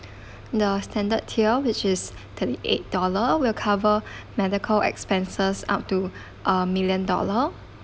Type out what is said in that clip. the standard tier which is thirty eight dollar will cover medical expenses up to a million dollar